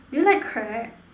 do you like crab